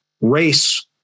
race